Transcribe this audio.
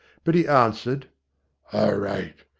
but he answered awright.